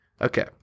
okay